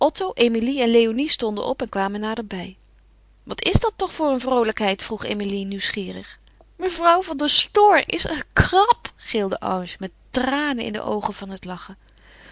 emilie en léonie stonden op en kwamen naderbij wat is dat toch voor een vroolijkheid vroeg emilie nieuwsgierig mevrouw van der stoor is een krab gilde ange met tranen in de oogen van het lachen